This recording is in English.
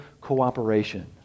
cooperation